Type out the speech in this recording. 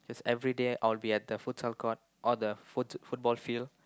everyday I'll be at the futsal court or the football field